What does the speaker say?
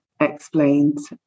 explains